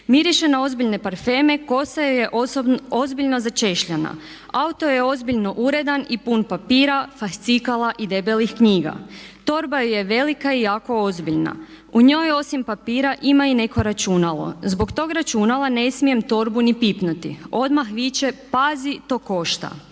Miriši na ozbiljne parfeme, kosa joj je ozbiljno začešljana. Auto je ozbiljno uredan i pun papira, fascikala i debelih knjiga. Torba je velika i jako ozbiljna. U njoj osim papira ima i neko računalo. Zbog tog računala ne smijem torbu ni pipnuti, odmah viče pazi to košta.